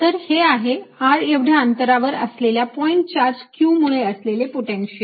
तर हे आहे r एवढ्या अंतरावर असलेल्या पॉईंट चार्ज q मुळे असलेले पोटेन्शियल